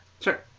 Sure